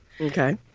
Okay